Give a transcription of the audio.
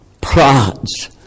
prods